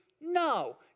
No